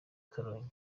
karongi